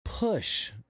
push